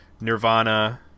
Nirvana